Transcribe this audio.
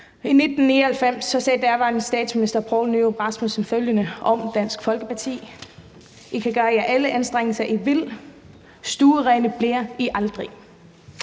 I 1999 sagde den daværende statsminister, Poul Nyrup Rasmussen, følgende om Dansk Folkeparti: I kan gøre jer alle de anstrengelser, I vil – stuerene bliver I aldrig!